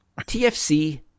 TFC